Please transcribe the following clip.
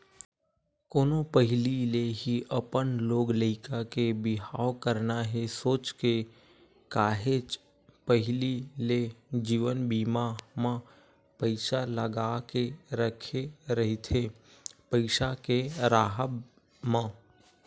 कोनो पहिली ले ही अपन लोग लइका के बिहाव करना हे सोच के काहेच पहिली ले जीवन बीमा म पइसा लगा के रखे रहिथे पइसा के राहब म